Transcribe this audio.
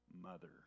mother